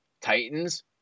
Titans